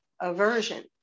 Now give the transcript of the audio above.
aversion